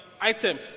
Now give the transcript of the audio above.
item